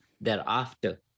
Thereafter